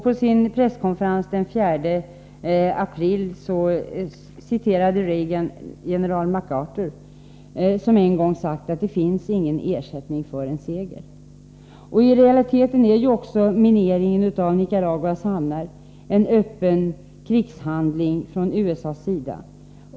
På sin presskonferens den 4 april citerade Reagan general Mac Arthur, som en gång har sagt att det inte finns någon ersättning för en seger. I realiteten är ju också mineringen av Nicaraguas hamnar en öppen krigshandling från USA:s sida.